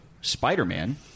Spider-Man